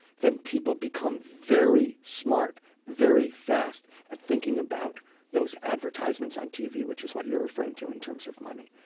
then people become very smart very fast in and thinking about those advertisements on tv, which is what you're referring to in terms of money.